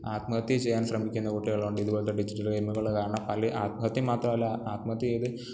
ആത്മഹത്യ ചെയ്യാൻ ശ്രമിക്കുന്ന കുട്ടികളുണ്ട് ഇതു പോലത്തെ ഡിജിറ്റൽ ഗെയിമുകൾ കാരണം പല ആത്മഹത്യ മാത്രമല്ല ആത്മഹത്യ ചെയ്ത്